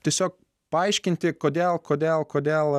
tiesiog paaiškinti kodėl kodėl kodėl